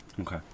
Okay